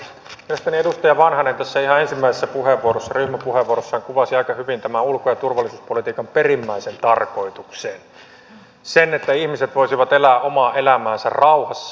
mielestäni edustaja vanhanen tässä ihan ensimmäisessä puheenvuorossaan ryhmäpuheenvuorossa kuvasi aika hyvin tämän ulko ja turvallisuuspolitiikan perimmäisen tarkoituksen sen että ihmiset voisivat elää omaa elämäänsä rauhassa